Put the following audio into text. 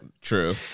True